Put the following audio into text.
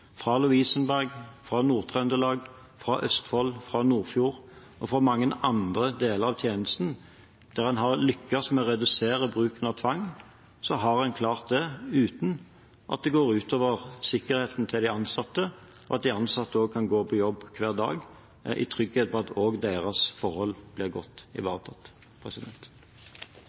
fra Lovisenberg, fra Nord-Trøndelag, fra Østfold, fra Nordfjord og mange andre deler av tjenesten der en har lyktes med å redusere bruken av tvang, har en klart det uten at det går ut over sikkerheten til de ansatte, og at de ansatte kan gå på jobb hver dag i trygghet for at også deres forhold blir godt ivaretatt.